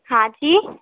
हाँ जी